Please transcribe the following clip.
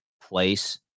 place